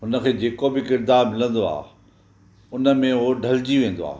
हुन खे जेको बि किरदारु मिलंदो आहे हू उन में उहो ढलिजी वेंदो आहे